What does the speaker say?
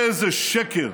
איזה שקר.